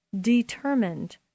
determined